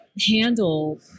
Handle